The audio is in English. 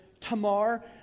Tamar